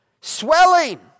Swelling